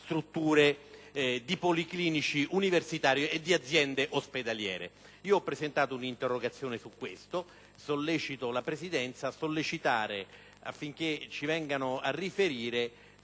strutture, di policlinici universitari e di aziende ospedaliere. Io ho presentato un'interrogazione su questo e sollecito la Presidenza affinché si venga a riferire